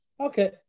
Okay